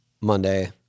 Monday